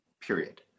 period